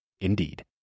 Indeed